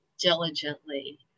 diligently